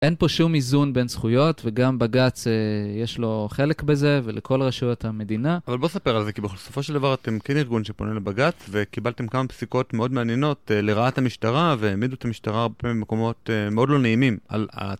אין פה שום איזון בין זכויות, וגם בגץ יש לו חלק בזה, ולכל רשויות המדינה. אבל בא ספר על זה, כי בסופו של דבר אתם כן ארגון שפונה לבגץ, וקיבלתם כמה פסיקות מאוד מעניינות לרעת המשטרה, והעמידו את המשטרה הרבה פעמים במקומות מאוד לא נעימים.